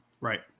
Right